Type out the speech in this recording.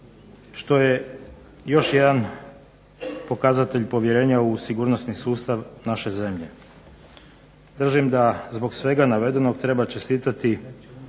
što je još jedan pokazatelj povjerenja u sigurnosni sustav naše zemlje. Držim da zbog svega navedenog treba čestitati